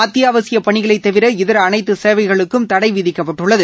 அத்தியாவசிய பணிகளை தவிர இதர அனைத்து சேவைகளுக்கும் தடை விதிக்கப்பட்டுள்ளது